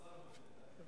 הוא חזר בו בינתיים.